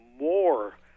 more